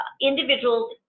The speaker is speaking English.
individuals